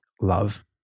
love